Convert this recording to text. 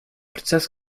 prozess